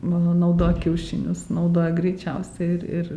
mano naudot kiaušinius naudoja greičiausiai ir ir